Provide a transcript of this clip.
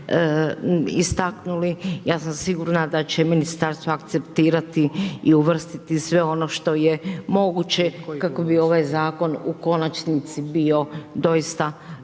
ja sam sigurna da će Ministarstvo akceptirati i uvrstiti sve ono što je moguće kako bi ovaj zakon u konačnici bio doista dobar,